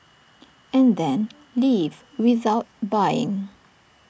and then leave without buying